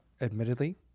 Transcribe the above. admittedly